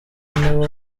nibo